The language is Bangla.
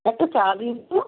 একটা চা দিন তো